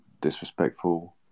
disrespectful